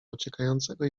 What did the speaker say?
uciekającego